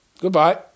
Goodbye